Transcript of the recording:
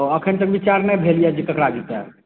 ओ अखन तक विचार नहि भेल यऽ जे ककरा जिताएब